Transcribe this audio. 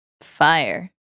Fire